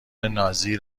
نازی